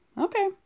Okay